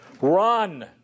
run